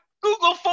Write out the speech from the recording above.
Google